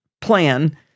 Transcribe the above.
plan